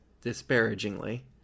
disparagingly